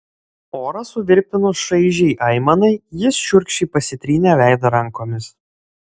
orą suvirpinus šaižiai aimanai jis šiurkščiai pasitrynė veidą rankomis